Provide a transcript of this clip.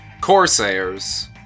Corsairs